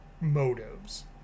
motives